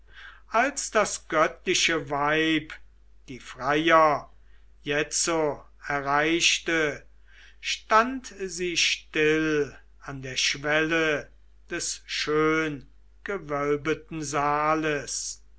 als das göttliche weib die freier jetzo erreichte stand sie still an der schwelle des schönen gewölbeten saales